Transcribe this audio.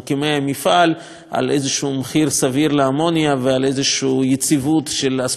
על מחיר סביר לאמוניה ועל איזו יציבות של אספקת האמוניה.